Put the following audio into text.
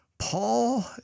Paul